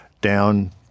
down